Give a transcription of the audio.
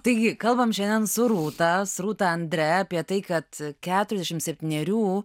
taigi kalbam šiandien su rūta rūta andre apie tai kad keturiasdešim septynerių